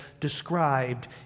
described